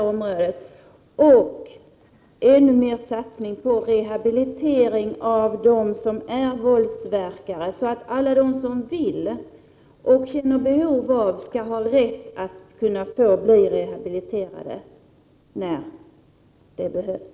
Dessutom behövs ännu större satsningar på rehabilitering av våldsverkare, så att alla de som vill ha rehabilitering och känner behov av det skall ha rätt till det, när det behövs.